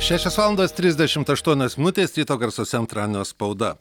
šešios valandos trisdešimt aštuonios minutės ryto garsuose antradienio spauda